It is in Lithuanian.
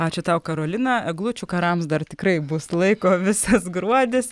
ačiū tau karolina eglučių karams dar tikrai bus laiko visas gruodis